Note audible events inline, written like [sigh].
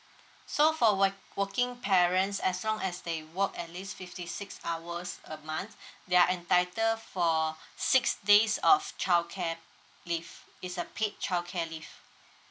so for work working parents as long as they work at least fifty six hours a month [breath] they are entitle for six days of childcare leave it's a paid childcare leave